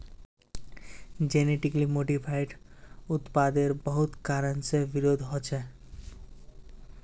genetically modified उत्पादेर बहुत कारण से विरोधो होछे